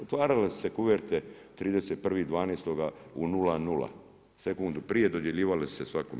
Otvarale su se kuverte 31.12. u 00, sekundu prije dodjeljivale su svakome.